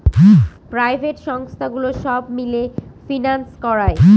private সংস্থাগুলো সব মিলে ফিন্যান্স করায়